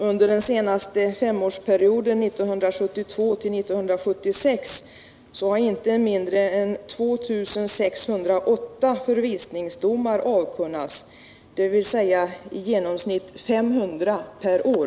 Under den senaste femårsperioden 1972-1976 har inte mindre än 2 608 förvisningsdomar avkunnats, dvs. i genomsnitt 500 per år.